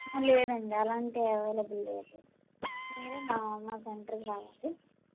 లేదండి అలాంటి అవైలబుల్ లేదు మీరే మా మా సెంటర్కి రావాలి